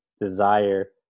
desire